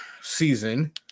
season